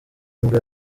nibwo